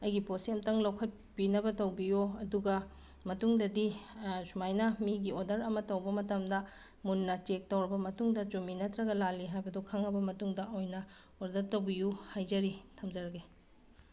ꯑꯩꯒꯤ ꯄꯣꯠꯁꯤ ꯑꯝꯇꯪ ꯂꯧꯈꯠꯄꯤꯅꯕ ꯇꯧꯕꯤꯌꯣ ꯑꯗꯨꯒ ꯃꯇꯨꯡꯗꯗꯤ ꯁꯨꯃꯥꯏꯅ ꯃꯤꯒꯤ ꯑꯣꯗꯔ ꯑꯃ ꯇꯧꯕ ꯃꯇꯝꯗ ꯃꯨꯟꯅ ꯆꯦꯛ ꯇꯧꯔꯕ ꯃꯇꯨꯡꯗ ꯆꯨꯝꯃꯤ ꯅꯠꯇ꯭ꯔꯒ ꯂꯥꯜꯂꯤ ꯍꯥꯏꯕꯗꯨ ꯈꯪꯉꯕ ꯃꯇꯨꯡꯗ ꯑꯣꯏꯅ ꯑꯣꯗꯔ ꯇꯧꯕꯤꯌꯨ ꯍꯥꯏꯖꯔꯤ ꯊꯝꯖꯔꯒꯦ